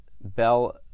Bell